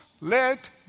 let